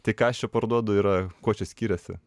tai ką aš čia parduodu yra kuo čia skiriasi